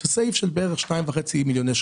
זה סעיף של בערך 2.5 מיליוני שקלים.